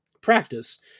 practice